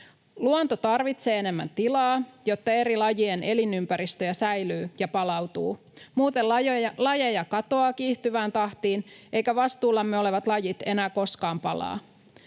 Luonto tarvitsee enemmän tilaa, jotta eri lajien elinympäristöjä säilyy ja palautuu, muuten lajeja katoaa kiihtyvään tahtiin, eivätkä vastuullamme olevat lajit enää koskaan palaa.